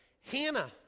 Hannah